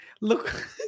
look